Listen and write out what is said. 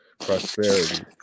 prosperity